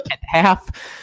half